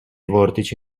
vortici